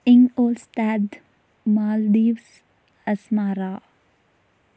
in ఉల్స్తాద్ Maldives Asmara